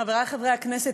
חברי חברי הכנסת,